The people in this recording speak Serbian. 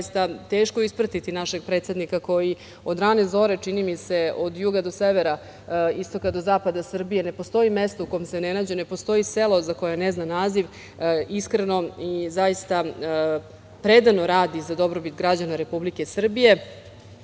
zaista je teško ispratiti našeg predsednika koji od rane zore, čini mi se, od juga do severa, istoka i zapada Srbije, ne postoji mesto u kom se ne nađe, ne postoji selo za koje ne zna naziv, iskreno i zaista predano radi za dobrobit građana Republike Srbije,